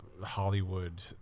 Hollywood